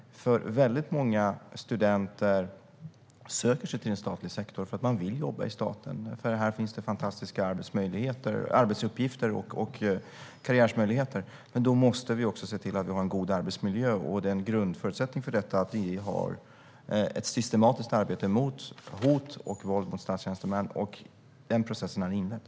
Väldigt många studenter söker sig till den statliga sektorn för att de vill jobba i staten och för att det här finns fantastiska arbetsuppgifter och karriärmöjligheter. Men då måste vi också se till att vi har en god arbetsmiljö. En grundförutsättning för detta är att vi bedriver ett systematiskt arbete mot hot och våld mot statstjänstemän. Denna process är inledd.